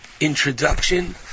introduction